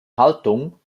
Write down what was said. haltung